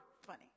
funny